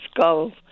go